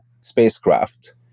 spacecraft